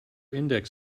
index